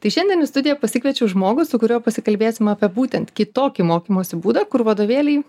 tai šiandien į studiją pasikviečiau žmogų su kuriuo pasikalbėsim apie būtent kitokį mokymosi būdą kur vadovėliai